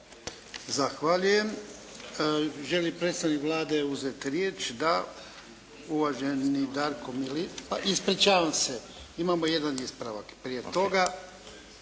Zahvaljujem. Želi li predstavnik Vlade uzeti riječ? Da. Uvaženi Darko, ispričavam se. Imamo jedan ispravak prije toga.